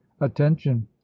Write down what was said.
attention